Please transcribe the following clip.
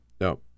No